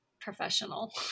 professional